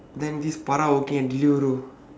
then this para okay in deliveroo